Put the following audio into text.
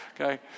okay